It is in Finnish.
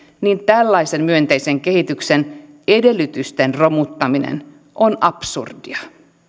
niin tällaisen myönteisen kehityksen edellytysten romuttaminen on absurdia